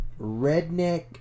redneck